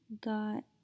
got